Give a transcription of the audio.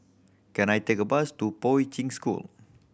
can I take a bus to Poi Ching School